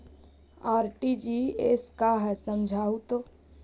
RTGS का है समझाहू तो?